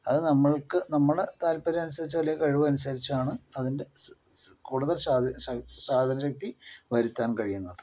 അത് നമ്മൾക്ക് നമ്മുടെ താൽപര്യമനുസരിച്ച് അല്ലെങ്കിൽ കഴിവ് അനുസരിച്ചാണ് അതിൻ്റെ സ് സ് കൂടുതൽ സ്വാധീന സ്വാധീനശക്തി വരുത്താൻ കഴിയുന്നത്